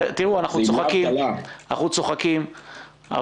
אנחנו צוחקים,